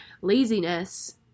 laziness